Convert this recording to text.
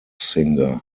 singer